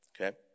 okay